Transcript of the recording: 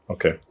Okay